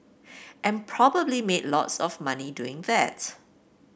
and probably made lots of money doing that